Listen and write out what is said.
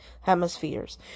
hemispheres